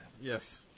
yes